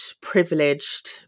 privileged